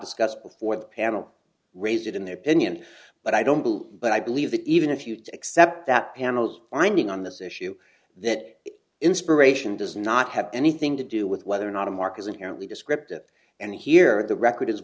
discuss before the panel raised it in their opinion but i don't believe but i believe that even if you accept that panel's finding on this issue that inspiration does not have anything to do with whether or not a mark is inherently descriptive and here the record